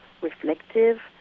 reflective